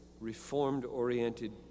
Reformed-oriented